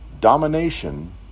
domination